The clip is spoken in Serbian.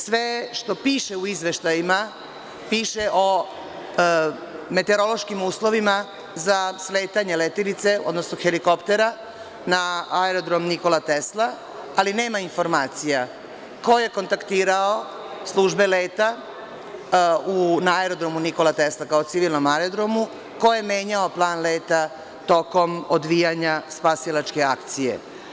Sve što piše u izveštajima, piše o meteorološkim uslovima za sletanje letelice, odnosno helikoptera na aerodrom „Nikola Tesla“, ali nema informacija ko je kontaktirao službe leta na aerodromu „Nikola Tesla“ kao civilnom aerodromu, ko je menjao plan leta tokom odvijanja spasilačke akcije?